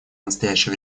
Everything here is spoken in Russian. настоящее